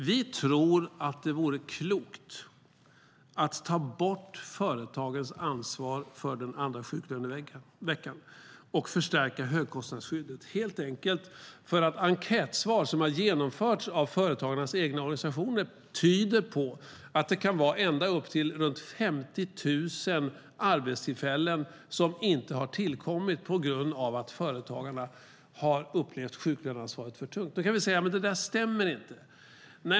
Vi tror att det vore klokt att ta bort företagens ansvar för den andra sjuklöneveckan och förstärka högkostnadsskyddet, helt enkelt för att enkäter som har genomförts av företagarnas egna organisationer tyder på att det kan vara ända upp till runt 50 000 arbetstillfällen som inte har tillkommit på grund av att företagarna har upplevt sjuklöneansvaret för tungt. Då kan vi säga: Det där stämmer inte.